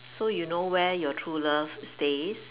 so you know where your true love stays